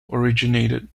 originated